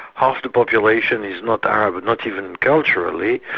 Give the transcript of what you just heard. half the population is not arab, not even culturally,